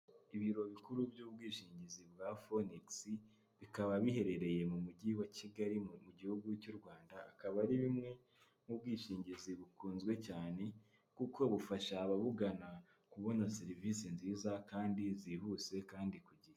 Ibiro bikuru by'ubwishingizi bwa Phoenix, bikaba biherereye mu mujyi wa Kigali mu gihugu cy'u Rwanda, akaba ari bumwe mu bwishingizi bukunzwe cyane kuko bufasha ababugana kubona serivisi nziza kandi zihuse kandi ku gihe.